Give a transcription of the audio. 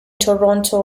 toronto